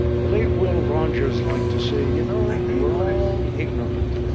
the late will rogers liked to say, you know, we're all ignorant